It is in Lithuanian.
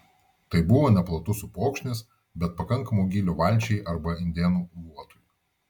tai buvo neplatus upokšnis bet pakankamo gylio valčiai arba indėnų luotui